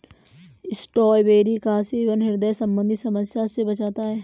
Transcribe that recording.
strawberry का सेवन ह्रदय संबंधी समस्या से बचाता है